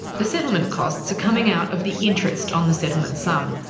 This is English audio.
the settlement costs are coming out of the interest on the settlement sum,